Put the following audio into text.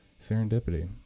Serendipity